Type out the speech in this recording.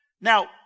Now